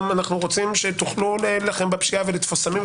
גם אנו רוצים שתוכלו להילחם בפשיעה ותוכלו לתפוס סמים.